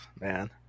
man